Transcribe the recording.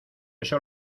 eso